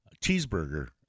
cheeseburger